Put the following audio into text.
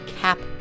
Cap